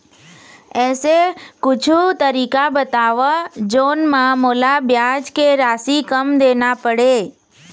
ऐसे कुछू तरीका बताव जोन म मोला ब्याज के राशि कम देना पड़े?